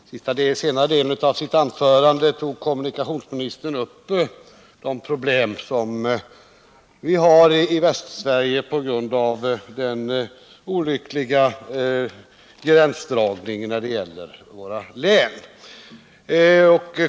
Herr talman! I den senare delen av sitt anförande tog kommunikationsministern upp de problem som vi i Västsverige har på grund av den olyckliga gränsdragningen när det gäller våra län.